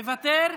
מוותר?